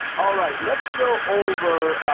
all right, let's go over